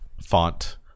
font